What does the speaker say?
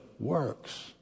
Works